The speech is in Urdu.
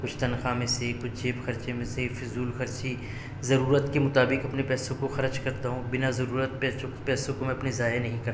کچھ تنخواہ میں سے کچھ جیب خرچے میں سے فضول خرچی ضرورت کے مطابق اپنے پیسوں کو خرچ کرتا ہوں بنا ضرورت پیسوں کو میں اپنے ضائع نہیں کرتا